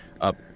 up